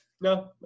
no